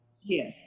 Yes